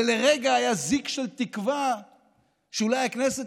ולרגע היה זיק של תקווה שאולי הכנסת